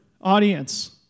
audience